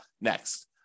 next